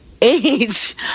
age